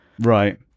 Right